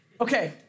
Okay